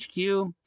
HQ